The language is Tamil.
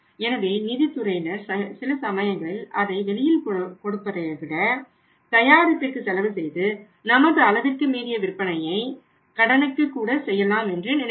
எனவே நிதி துறையினர் சில சமயங்களில் அதை வெளியில் கொடுப்பதைவிட தயாரிப்பிற்கு செலவுசெய்து நமது அளவிற்கு மீறிய விற்பனையை கடனுக்கு கூட செய்யலாம் என்று நினைப்பர்